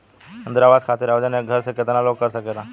इंद्रा आवास खातिर आवेदन एक घर से केतना लोग कर सकेला?